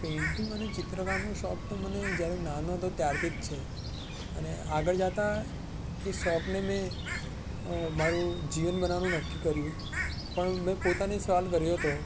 painting અને ચિત્રકામનો શોખ તો મને જ્યારે નાનો હતો ત્યારથી જ છે અને આગળ જતા એ શોખને મેં મારું જીવન બનાવવાનું નક્કી કર્યું પણ મેં પોતાને સવાલ કર્યો હતો